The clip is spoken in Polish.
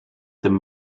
tym